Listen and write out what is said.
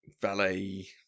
valet